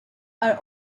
are